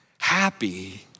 Happy